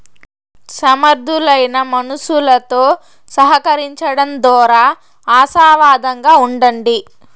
సమర్థులైన మనుసులుతో సహకరించడం దోరా ఆశావాదంగా ఉండండి